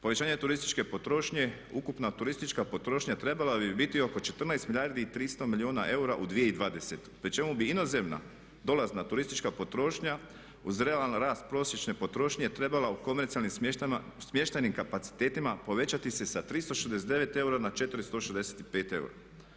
Povećanja turističke potrošnje, ukupna turistička potrošnja trebala bi biti oko 14 milijardi i 300 milijuna eura u 2020. pri čemu bi inozemna dolazna turistička potrošnja u realan rast prosječne potrošnje trebala u komercijalnim smještajnim kapacitetima povećati se sa 369 eura na 465 eura.